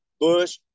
Bush